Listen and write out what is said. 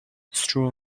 through